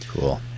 Cool